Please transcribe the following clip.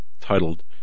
titled